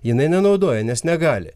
jinai nenaudoja nes negali